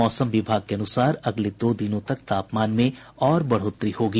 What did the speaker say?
मौसम विभाग के अनुसार अगले दो दिनों तक तापमान में और बढ़ोतरी होगी